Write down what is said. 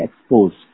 exposed